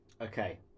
Okay